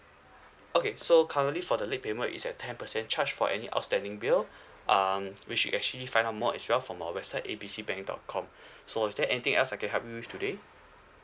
okay so currently for the late payment is at ten percent charge for any outstanding bill um which you can actually find out more as well from our website A B C bank dot com so is there anything else I can help you with today